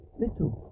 little